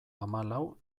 hamalau